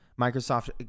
Microsoft